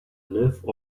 live